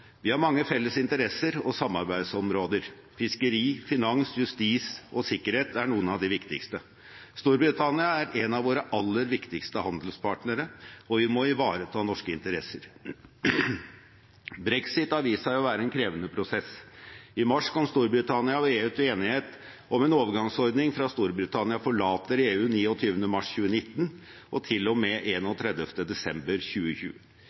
Vi har mange felles interesser og samarbeidsområder. Fiskeri, finans, justis og sikkerhet er noen av de viktigste. Storbritannia er en av våre aller viktigste handelspartnere, og vi må ivareta norske interesser. Brexit har vist seg å være en krevende prosess. I mars kom Storbritannia og EU til enighet om en overgangsordning fra Storbritannia forlater EU 29. mars 2019, og til og med 31. desember 2020.